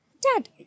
Dad